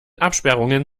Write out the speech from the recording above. absperrungen